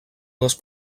les